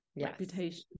reputation